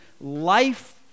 life